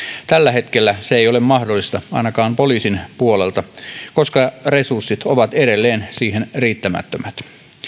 tällä hetkellä se ei ole mahdollista ainakaan poliisin puolelta koska resurssit ovat edelleen siihen riittämättömät